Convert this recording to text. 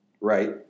Right